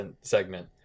segment